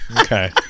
okay